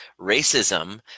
racism